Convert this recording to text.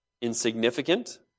insignificant